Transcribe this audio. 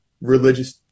religious